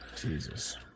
Jesus